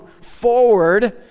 forward